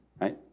Right